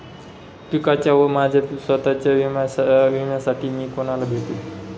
पिकाच्या व माझ्या स्वत:च्या विम्यासाठी मी कुणाला भेटू?